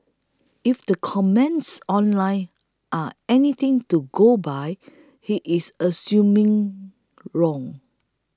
if the comments online are anything to go by he is assuming wrong